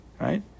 Right